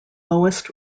lowest